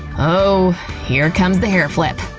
oh here comes the hair flip,